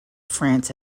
france